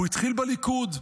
הוא התחיל בליכוד,